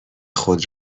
خود